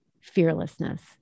fearlessness